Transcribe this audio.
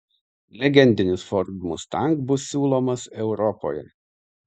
legendinis ford mustang bus siūlomas europoje